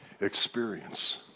experience